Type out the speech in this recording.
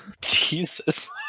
Jesus